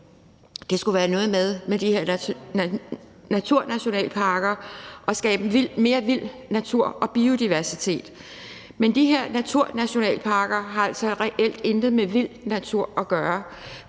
skulle være noget med at skabe mere vild natur og biodiversitet, men de her naturnationalparker har altså reelt intet med vild natur at gøre,